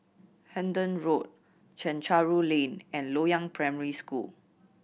Hendon Road Chencharu Lane and Loyang Primary School